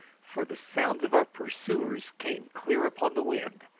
for the sounds of our pursuers came clear upon the wind,